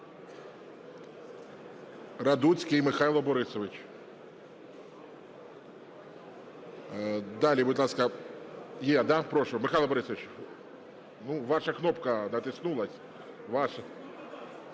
ваша кнопка натиснулась.